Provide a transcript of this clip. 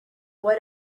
what